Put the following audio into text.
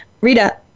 Rita